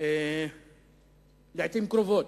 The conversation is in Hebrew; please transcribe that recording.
לעתים קרובות,